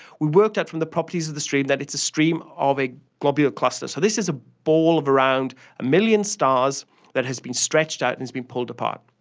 we worked out from the properties of the stream that it's a stream ah of a globular cluster. so this is a ball of around a million stars that has been stretched out and has been pulled apart.